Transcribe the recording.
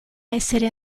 essere